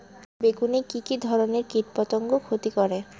বেগুনে কি কী ধরনের কীটপতঙ্গ ক্ষতি করে?